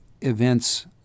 events